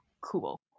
cool